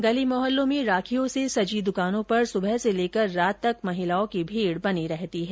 गली मोहल्लों में राखियों से सजी दुकानों पर सुबह से लेकर रात तक महिलाओं की भीड़ बनी रहती है